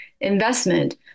investment